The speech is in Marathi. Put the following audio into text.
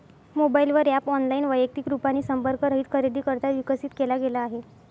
मोबाईल वर ॲप ऑनलाइन, वैयक्तिक रूपाने संपर्क रहित खरेदीकरिता विकसित केला गेला आहे